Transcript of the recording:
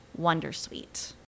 wondersuite